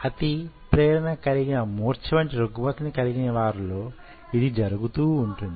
అతి ప్రేరణ కలిగిన మూర్ఛ వంటి రుగ్మతలు కలిగిన వారిలో ఇది జరుగుతూ వుంటుంది